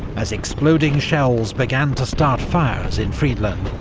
as exploding shells began to start fires in friedland,